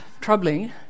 troubling